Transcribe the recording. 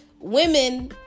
women